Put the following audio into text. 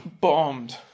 bombed